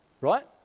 Right